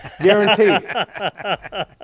Guaranteed